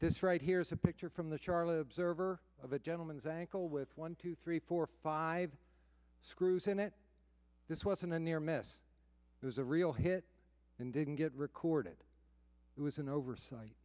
this right here is a picture from the charley observer of a gentleman's ankle with one two three four five screws in it this was a near miss there's a real hit and didn't get recorded it was an oversight